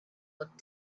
looked